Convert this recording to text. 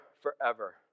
forever